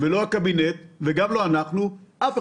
לא הקבינט וגם לא אנחנו שנראה